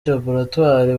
laboratwari